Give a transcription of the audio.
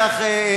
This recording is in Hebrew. כך,